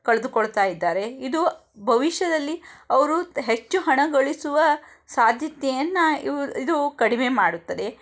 ಕಳೆದುಕೊಳ್ತಾ ಇದ್ದಾರೆ ಇದು ಭವಿಷ್ಯದಲ್ಲಿ ಅವರು ಹೆಚ್ಚು ಹಣ ಗಳಿಸುವ ಸಾಧ್ಯತೆಯನ್ನು ಇವು ಇದು ಕಡಿಮೆ ಮಾಡುತ್ತದೆ